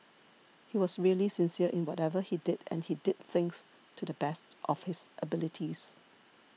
he was really sincere in whatever he did and he did things to the best of his abilities